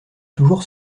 toujours